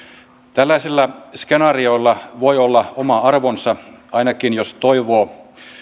tällaisilla skenaarioilla voi olla oma arvonsa ainakin jos toivoo